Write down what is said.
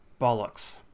bollocks